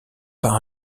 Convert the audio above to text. par